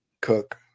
Cook